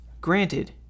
Granted